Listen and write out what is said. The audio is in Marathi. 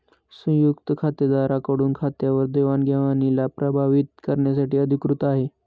संयुक्त खातेदारा कडून खात्यावर देवाणघेवणीला प्रभावीत करण्यासाठी अधिकृत आहे